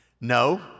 No